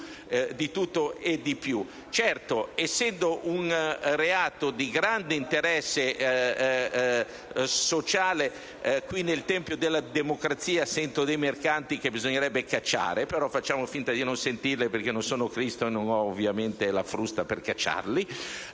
di tutto e di più. Certamente parliamo di un reato di grande interesse sociale e qui, nel tempio della democrazia, sento mercanti che bisognerebbe cacciare: ma faccio finta di non sentire perché non sono Cristo e ovviamente non ho la frusta per cacciarli.